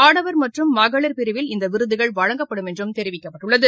ஆடவர் மற்றும் மகளிர் பிரிவில் இந்தவிருதுகள் வழங்கப்படும் என்றும் தெரிவிக்கப்பட்டுள்ளது